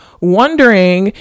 wondering